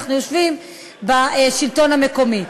אנחנו יושבים בשלטון המקומי.